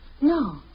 No